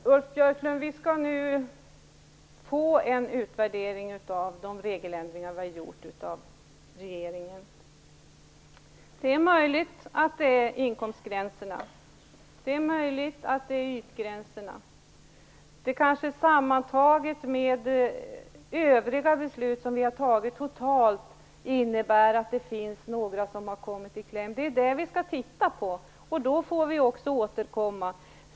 Fru talman! Ulf Björklund, regeringen skall nu ge oss en utvärdering av de regeländringar som vi har gjort. Det är möjligt att inkomstgränserna och ytgränserna sammantaget med övriga beslut som vi har fattat innebär att några har kommit i kläm. Det är ju detta vi skall se över och får sedan återkomma.